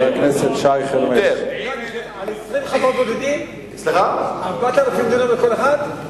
4,000 דונם לכל אחד?